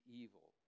evil